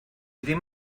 ddim